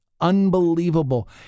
unbelievable